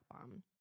bomb